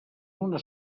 una